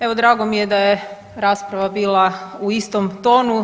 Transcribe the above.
Evo drago mi je da je rasprava bila u istom tonu.